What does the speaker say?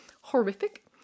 horrific